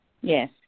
Yes